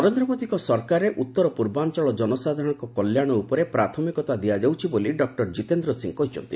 ନରେନ୍ଦ୍ର ମୋଦିଙ୍କ ସରକାରରେ ଉତ୍ତର ପୂର୍ବାଞ୍ଚଳ ଜନସାଧାରଣଙ୍କ କଲ୍ୟାଣ ଉପରେ ପ୍ରାଥମିକତା ଦିଆଯାଉଛି ବୋଲି ଡକ୍ଟର ସିଂହ କହିଛନ୍ତି